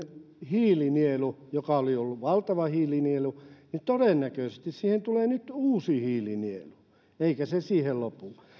hiilinielu joka oli oli valtava hiilinielu niin todennäköisesti siihen tulee nyt uusi hiilinielu eikä se siihen lopu